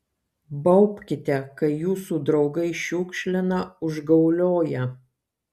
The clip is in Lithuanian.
baubkite kai jūsų draugai šiukšlina užgaulioja